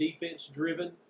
defense-driven